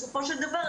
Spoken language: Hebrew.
בסופו של דבר,